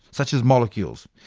such as molecules.